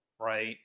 right